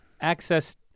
access